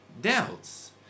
doubts